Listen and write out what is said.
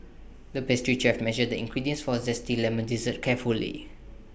the pastry chef measured the ingredients for Zesty Lemon Dessert carefully